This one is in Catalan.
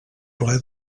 ple